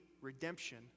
redemption